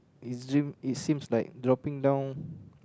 is dream it seems like dropping down